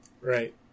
Right